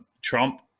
Trump